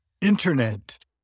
internet